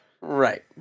Right